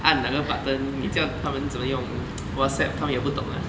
按哪个 button 你叫他们怎么用 Whatsapp 他们也不懂吗